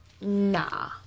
Nah